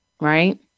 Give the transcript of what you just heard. right